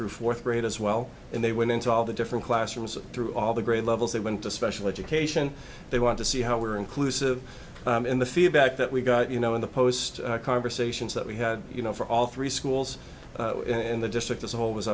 through fourth grade as well and they went into all the different classrooms through all the grade levels they went to special education they want to see how we were inclusive in the feedback that we got you know in the post conversations that we had you know for all three schools in the district as a whole was